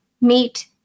meet